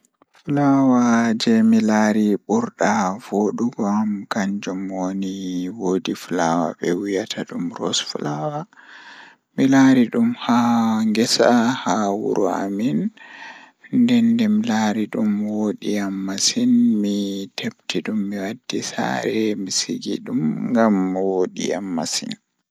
Flawa jei mi meeɗi laarugo ɓurɗaa woɗugo am Ko ndiyam mawɗo ngam miɗo njamaadi ko, ko miɗo jogii loowdi leydi e ngaari kam luggude faɗi. Mi yidi njogii nder wuro nafiiji ɓe faamaade ɓurnde ngal